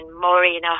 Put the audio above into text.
Maureen